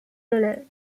dollar